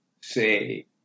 say